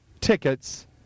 tickets